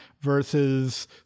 versus